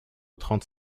trente